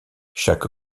chaque